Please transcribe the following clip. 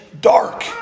dark